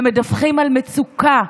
ומדווחים על מצוקה,